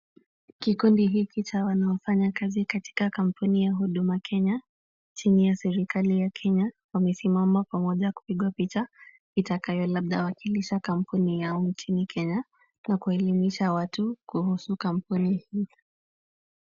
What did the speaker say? Kikundi hiki cha wanaofanya kazi katika kampuni ya Huduma Kenya chini ya serikali ya Kenya wamesimama pamoja kupigwa picha itakayo labda wakilisha kampuni yao nchini Kenya na kuelimisha watu kuhusu kampuni hiyo.